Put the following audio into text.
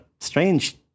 strange